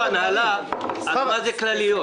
הוצאות הנהלה אז מה זה הוצאות הנהלה וכלליות?